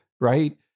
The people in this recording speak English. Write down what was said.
right